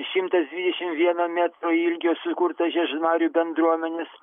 šimtas dvidešim vieno metro ilgio sukurta žiežmarių bendruomenės